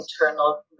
internal